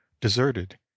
deserted